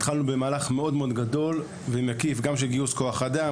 התחלנו במהלך מאוד גדול ומקיף גם של גיוס כוח אדם,